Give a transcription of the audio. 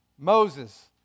Moses